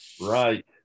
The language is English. Right